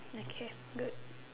okay good